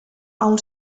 aún